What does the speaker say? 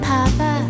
Papa